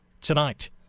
tonight